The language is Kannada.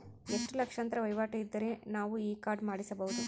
ಎಷ್ಟು ಲಕ್ಷಾಂತರ ವಹಿವಾಟು ಇದ್ದರೆ ನಾವು ಈ ಕಾರ್ಡ್ ಮಾಡಿಸಬಹುದು?